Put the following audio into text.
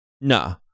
No